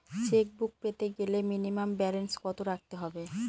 Chequebook পেতে গেলে minimum balance কত রাখতে হবে?